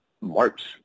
march